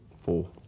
Four